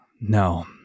No